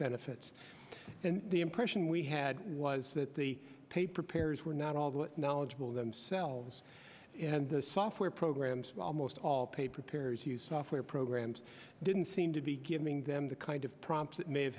benefits and the impression we had was that the paper pairs were not all that knowledgeable themselves and the software programs almost all paper terry's use software programs didn't seem to be giving them the kind of prompts that may have